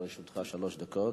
לרשותך שלוש דקות.